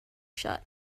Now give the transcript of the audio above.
shut